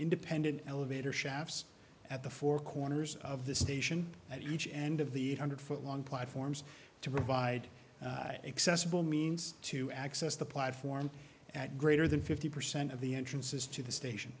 independent elevator shafts at the four corners of the station at each end of the eight hundred foot long platforms to provide accessible means to access the platform at greater than fifty percent of the entrances to the station